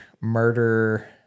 murder